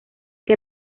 que